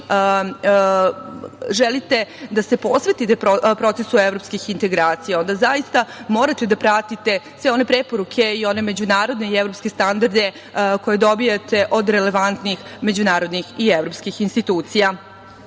želite da se posvetite procesu evropskih integracija onda, zaista, morate da pratite sve one preporuke i one međunarodne i evropske standarde koje dobijate od relevantnih međunarodnih i evropskih institucija. Želela